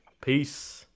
Peace